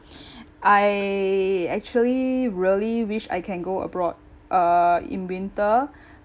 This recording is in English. I actually really wish I can go abroad uh in winter